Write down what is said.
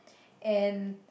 and